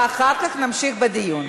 ואחר כך נמשיך בדיון.